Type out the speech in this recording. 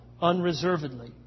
unreservedly